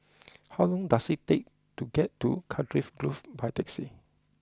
how long does it take to get to Cardiff Grove by taxi